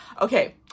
Okay